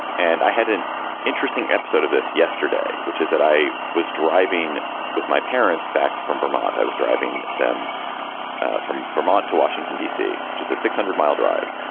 and i had an interesting episode of this yesterday, which is that i was driving with my parents back from vermont. i was driving them from vermont to washington, d c, which is a six hundred mile drive.